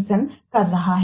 है